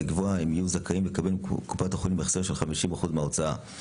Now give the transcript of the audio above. ולקבוע אם יהיו זכאים לקבל מקופת החולים החזר של50% מההוצאה.